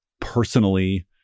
personally